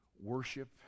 worship